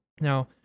Now